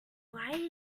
why